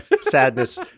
Sadness